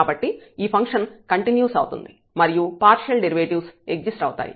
కాబట్టి ఈ function continuous అవుతుంది మరియు పార్షియల్ డెరివేటివ్స్ ఎగ్జిస్ట్ అవుతాయి